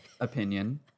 opinion